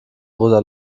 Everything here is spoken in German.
rosa